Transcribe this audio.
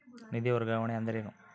ನಿಧಿ ವರ್ಗಾವಣೆ ಅಂದರೆ ಏನು?